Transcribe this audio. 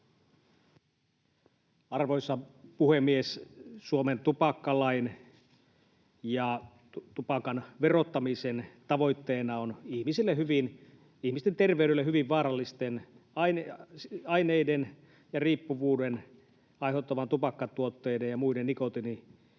Arvoisa puhemies! Suomen tupakkalain ja tupakan verottamisen tavoitteena on ihmisten terveydelle hyvin vaarallisten aineiden ja riippuvuutta aiheuttavien tupakkatuotteiden ja muiden